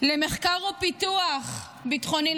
על מחקר ופיתוח ביטחוניים,